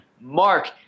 Mark